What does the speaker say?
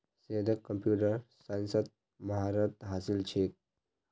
सैयदक कंप्यूटर साइंसत महारत हासिल छेक